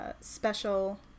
special